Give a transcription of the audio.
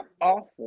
awful